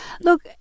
Look